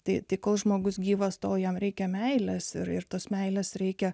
tai tik kol žmogus gyvas to jam reikia meilės ir ir tos meilės reikia